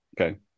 okay